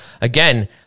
again